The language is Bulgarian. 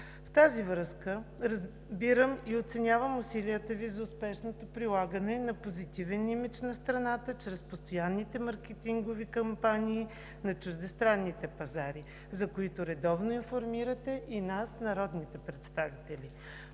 В тази връзка разбирам и оценявам усилията Ви за успешното налагане на позитивен имидж на страната чрез постоянните маркетингови кампании на чуждестранните пазари, за които редовно информирате и нас, народните представители.